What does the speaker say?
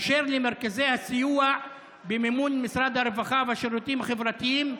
אשר למרכזי הסיוע במימון משרד הרווחה והשירותים החברתיים,